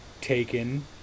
taken